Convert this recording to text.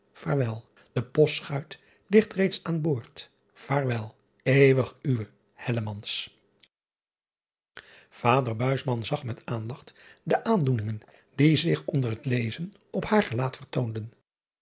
e ostschuit ligt reeds aan boord vaarwel euwig uwe ader zag met aandacht de aandoeningen die zich onder het lezen op haar gelaat vertoonden